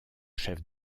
chef